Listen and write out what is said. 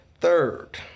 Third